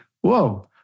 Whoa